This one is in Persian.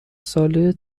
ساله